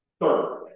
Third